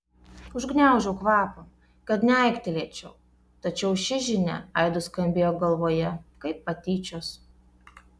užgniaužiau kvapą kad neaiktelėčiau tačiau ši žinia aidu skambėjo galvoje kaip patyčios